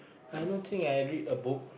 I don't think I read a book